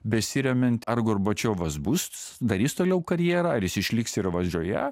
besiremiant ar gorbačiovas bus darys toliau karjerą ar jis išliks ir valdžioje